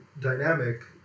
dynamic